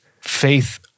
Faith